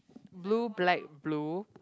blue black blue